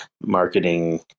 marketing